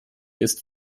ist